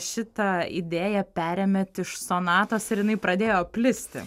šitą idėją perėmėt iš sonatos ir jinai pradėjo plisti